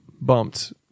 bumped